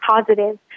positive